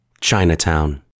Chinatown